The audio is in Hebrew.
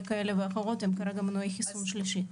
כאלה ואחרות והם כרגע מנועי חיסון שלישי.